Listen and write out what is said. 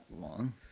long